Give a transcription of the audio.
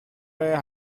were